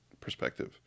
perspective